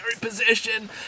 position